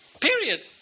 Period